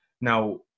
Now